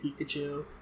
Pikachu